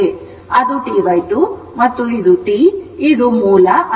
ಅದು T 2 ಮತ್ತು ಇದು T ಮತ್ತು ಇದು ಮೂಲ ಆಗಿದೆ